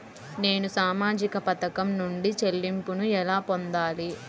నేను సామాజిక పథకం నుండి చెల్లింపును ఎలా పొందాలి?